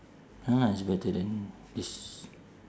!hanna! it's better than this